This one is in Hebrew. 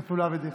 נתנו לאבי דיכטר.